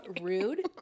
Rude